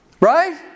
Right